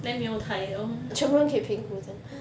then 没有台了